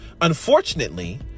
unfortunately